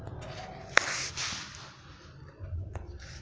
ऋण पर ब्याज दर क्या है?